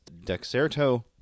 Dexerto